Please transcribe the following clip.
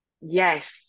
Yes